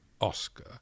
Oscar